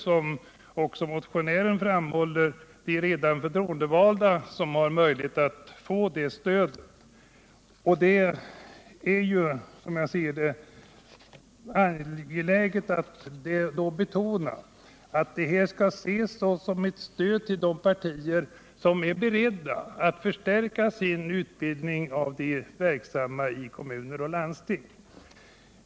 Som också motionären framhåller har ju de redan förtroendevalda möjlighet att få sådant stöd. Jag finner det angeläget att betona att detta skall ses som ett stöd till de partier som är beredda att förstärka sin utbildning av de verksamma i kommuner och landsting.